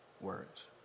words